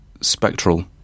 spectral